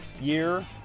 year